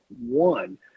one